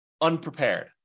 unprepared